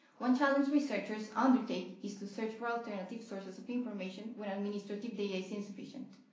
one challenge researchers undertake is to search for alternative sources of information when administrative data is insufficient.